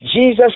Jesus